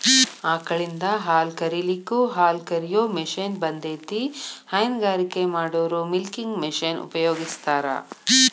ಆಕಳಿಂದ ಹಾಲ್ ಕರಿಲಿಕ್ಕೂ ಹಾಲ್ಕ ರಿಯೋ ಮಷೇನ್ ಬಂದೇತಿ ಹೈನಗಾರಿಕೆ ಮಾಡೋರು ಮಿಲ್ಕಿಂಗ್ ಮಷೇನ್ ಉಪಯೋಗಸ್ತಾರ